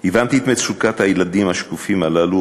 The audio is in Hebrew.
הבנתי את מצוקת הילדים השקופים הללו,